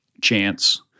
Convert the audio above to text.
chance